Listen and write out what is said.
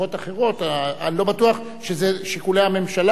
אני לא בטוח שזה שיקולי המשטרה.